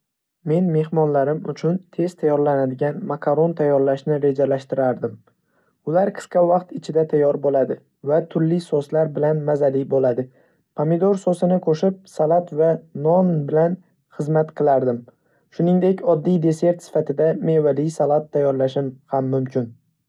Men mehmonlarim uchun tez tayyorlanadigan makaron tayyorlashni rejalashtirardim. Ular qisqa vaqt ichida tayyor bo‘ladi va turli soslar bilan mazali bo‘ladi. Pomidor sosini qo‘shib, salat va non bilan xizmat qilardim. Shuningdek, oddiy desert sifatida mevali salat tayyorlashim ham mumkin.